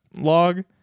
log